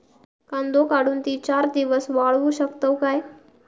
कांदो काढुन ती चार दिवस वाळऊ शकतव काय?